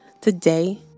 Today